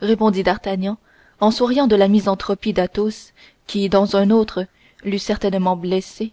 répondit d'artagnan en souriant de la misanthropie d'athos qui dans un autre l'eût certainement blessé